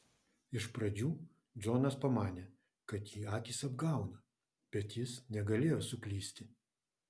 iš pradžių džonas pamanė kad jį akys apgauna bet jis negalėjo suklysti